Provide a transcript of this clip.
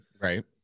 right